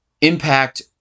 Impact